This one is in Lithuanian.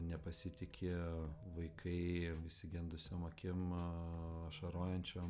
nepasitiki vaikai išsigandusiom akim ašarojančiom